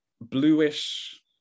bluish